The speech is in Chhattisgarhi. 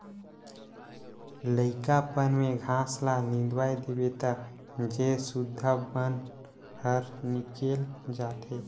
लइकापन में घास ल निंदवा देबे त जेर सुद्धा बन हर निकेल जाथे